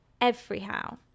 everyhow